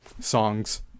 songs